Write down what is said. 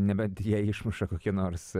nebent ją išmuša kokie nors